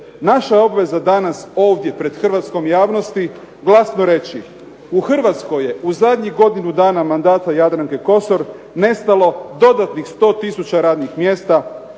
Naša je obveza danas ovdje pred hrvatskom javnosti glasno reći u Hrvatskoj je u zadnjih godinu dana mandata Jadranke Kosor nestalo dodatnih 100 tisuća radnih mjesta,